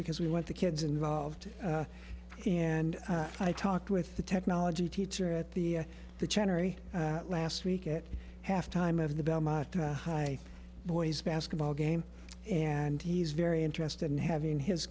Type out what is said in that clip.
because we want the kids involved and i talked with the technology teacher at the the cherry last week at halftime of the belmont high boys basketball game and he's very interested in having his